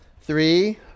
Three